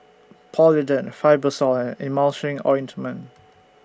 Polident Fibrosol and Emulsying Ointment